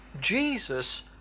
Jesus